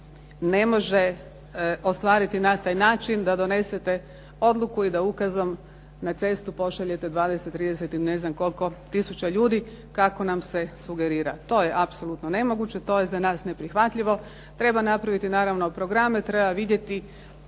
ne može ostvariti na taj način da donesete odluku i da ukazom na cestu pošaljete 20, 30 ili ne znam koliko tisuća ljudi kako nam se sugerira. To je apsolutno nemoguće. To je za nas neprihvatljivo. Treba napraviti naravno programe, treba vidjeti